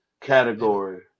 category